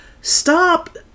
stop